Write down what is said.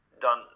done